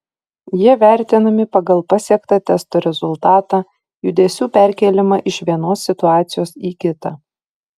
jie vertinami pagal pasiektą testo rezultatą judesių perkėlimą iš vienos situacijos į kitą